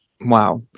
Wow